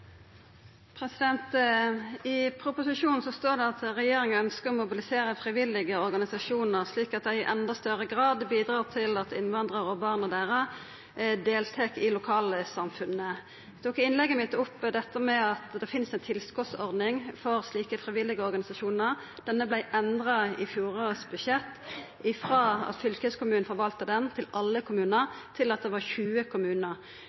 høre. I proposisjonen står det at regjeringa ønskjer å mobilisera frivillige organisasjonar slik at dei i endå større grad bidreg til at innvandrarar og barna deira deltek i lokalsamfunnet. Eg tok i innlegget mitt opp at det finst ei tilskotsordning for slike frivillige organisasjonar. Denne vart endra i budsjettet i fjor frå at fylkeskommunen forvaltar ho til alle kommunar, til at det var 20 kommunar